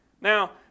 Now